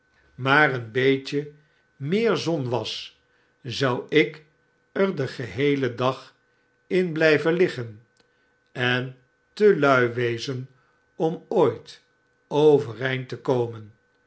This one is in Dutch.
een beetje meer zon was zou ik er den geheelen dag in blijvei liggen en te lui wezen ora ooit overeind te komen